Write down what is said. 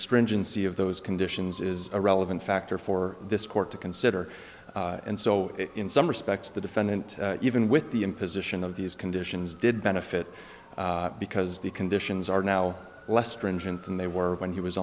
stringency of those conditions is a relevant factor for this court to consider and so in some respects the defendant even with the imposition of these conditions did benefit because the conditions are now less stringent than they were when he was